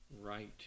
right